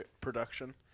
production